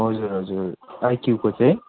हजुर हजुर आइक्यूको चाहिँ